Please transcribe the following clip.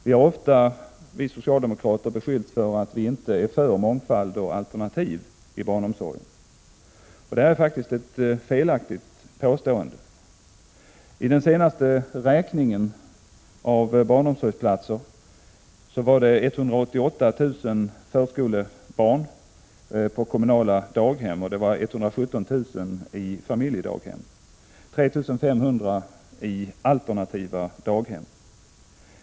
Vi socialdemokrater har ofta beskyllts för att vi inte är för mångfald och alternativ i barnomsorgen. Det är faktiskt felaktigt. Enligt den senaste räkningen av barnomsorgsplatser var 188 000 förskolebarn på kommunala daghem, 117 000 i familjedaghem, 3 500 i alternativa daghem.